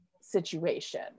situation